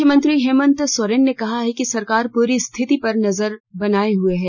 मुख्यमंत्री हेमंत सोरेन ने कहा है कि सरकार पूरी स्थिति पर नजर बनाये हुए है